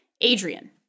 Adrian